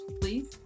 please